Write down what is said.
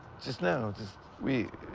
just now. just we.